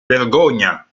vergogna